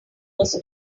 was